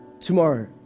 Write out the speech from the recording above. tomorrow